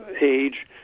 age